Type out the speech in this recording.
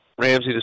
Ramsey